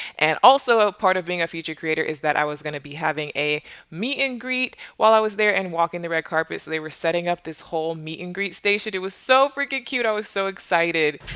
and also ah part of being a feature creator is that i was going to be having a meet and greet while i was there and walking the red carpet. so they were setting up this whole meet and greet station. it was so freaking cute, i was so excited.